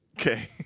Okay